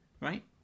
right